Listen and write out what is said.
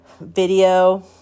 video